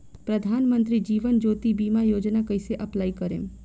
प्रधानमंत्री जीवन ज्योति बीमा योजना कैसे अप्लाई करेम?